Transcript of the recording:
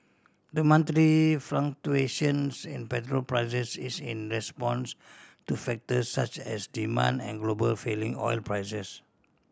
the monthly fluctuations in petrol prices is in response to factors such as demand and global falling oil prices